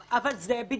אבל --- זה לא ועדת קנאי.